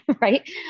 Right